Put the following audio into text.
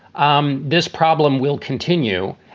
um this problem will continue.